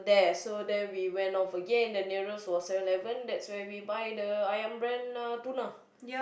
there so then we went of again the nearest was Seven-Eleven that's where we buy the Ayam brand uh tuna